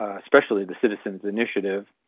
especially the citizens' initiative,